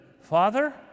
Father